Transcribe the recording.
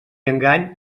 engany